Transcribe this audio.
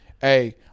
Hey